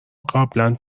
قبلا